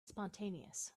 spontaneous